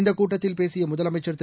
இந்தக் கூட்டத்தில் பேசிய முதலமைச்சர் திரு